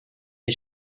est